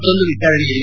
ಇನ್ನೊಂದು ವಿಚಾರಣೆಯಲ್ಲಿ